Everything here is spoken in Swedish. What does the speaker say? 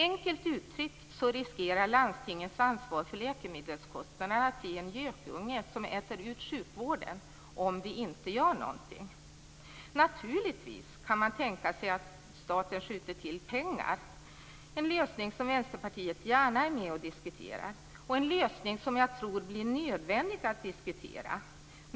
Enkelt uttryckt riskerar landstingens ansvar för läkemedelkostnaderna att bli en gökunge som äter ut sjukvården, om vi inte gör någonting. Naturligtvis kan man tänka sig att staten skjuter till pengar, en lösning som Vänsterpartiet gärna är med om att diskutera. Det är också en lösning som jag tror att det blir nödvändigt att diskutera.